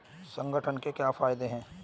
संगठन के क्या फायदें हैं?